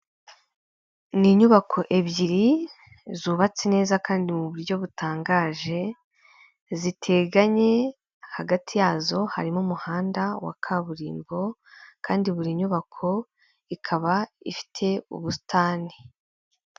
Ni inyubako ebyiri zubatse neza kandi mu buryo butangaje, ziteganye hagati yazo harimo umuhanda wa kaburimbo, kandi buri nyubako ikaba ifite ubusitani.